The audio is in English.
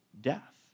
death